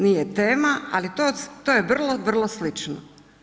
Nije tema ali to je vrlo, vrlo slično.